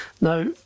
Now